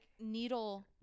needle